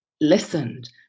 listened